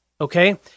Okay